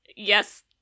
Yes